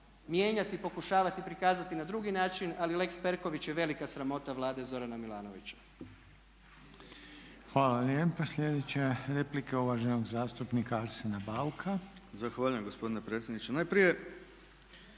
mijenjati, pokušavati prikazati na drugi način, ali lex Perković je velika sramota Vlade Zorana Milanovića. **Reiner, Željko (HDZ)** Hvala lijepa. Sljedeća je replika uvaženog zastupnika Arsena Bauka. **Bauk, Arsen (SDP)** Zahvaljujem gospodine predsjedniče. Najprije